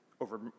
over